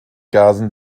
gasen